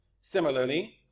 Similarly